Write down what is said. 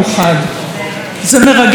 שאנחנו מאוחדים מול אויבים,